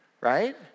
right